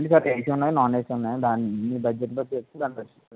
ఉంది sir AC ఉన్నాయి non AC ఉన్నాయి దాన్ని మీ బడ్జెట్ బట్టి